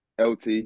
LT